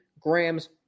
grams